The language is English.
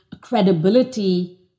credibility